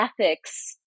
ethics